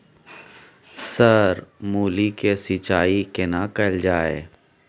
Sir मूली के सिंचाई केना कैल जाए?